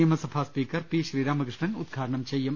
നിയമസഭാ speaker P Sreeramakrishnan ഉദ്ഘാ ടനം ചെയ്യും